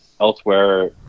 elsewhere